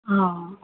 অঁ